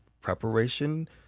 preparation